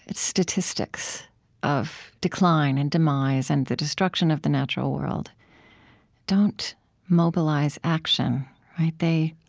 statistics of decline and demise and the destruction of the natural world don't mobilize action they,